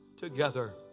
together